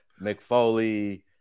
McFoley